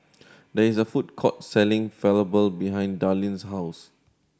there is a food court selling Falafel behind Darleen's house